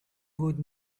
would